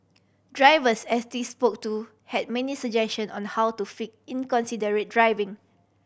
drivers S T spoke to had many suggestion on how to fix inconsiderate driving